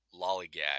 lollygag